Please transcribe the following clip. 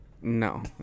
No